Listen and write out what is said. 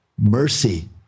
mercy